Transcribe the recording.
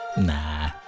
Nah